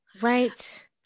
Right